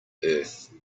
earth